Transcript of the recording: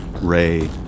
Ray